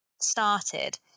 started